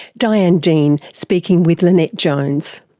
diane dean speaking with lynette jones.